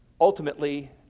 Ultimately